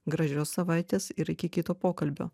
gražios savaitės ir iki kito pokalbio